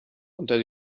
unter